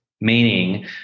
Meaning